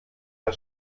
der